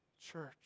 Church